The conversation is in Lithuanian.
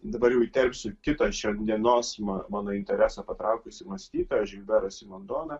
dabar jau įterpsiu kitą šios dienos man mano intereso patraukusi mąstytoją žilberą simondoną